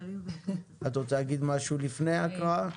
את רוצה להגיד משהו לפני ההקראה?